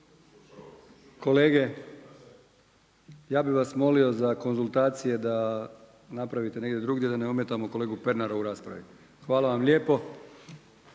kolege ja bih vas molio za konzultacije da napravite negdje drugdje da ne ometamo kolegu Pernara u raspravi. Hvala vam lijepo./…